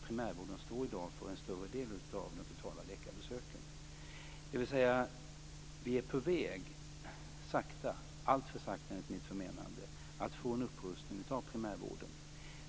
Primärvården står alltså i dag för en större del av de totala läkarbesöken. Vi är alltså på väg att sakta - alltför sakta, enligt mitt förmenande - få en upprustning av primärvården.